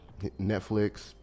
Netflix